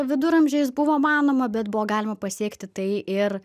viduramžiais buvo manoma bet buvo galima pasiekti tai ir